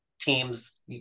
teams